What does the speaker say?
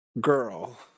girl